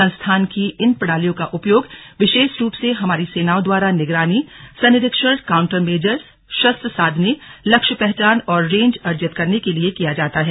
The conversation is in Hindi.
संस्थान की इन प्रणालियां का उपयोग विशेष रूप से हमारी सेनाओं द्वारा निगरानी संनिरीक्षण काउन्टर मेजर्स शस्त्र साधने लक्ष्य पहचान और रेंज अर्जित करने के लिये किया जाता है